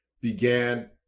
began